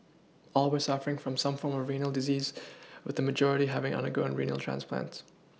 all were suffering from some form of renal disease with the majority having undergone renal transplants